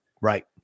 right